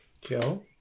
Joe